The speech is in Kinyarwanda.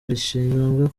rishinzwe